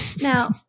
Now